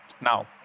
now